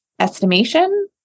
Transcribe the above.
estimation